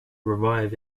revive